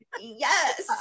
Yes